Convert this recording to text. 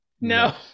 no